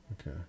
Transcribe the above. Okay